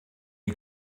you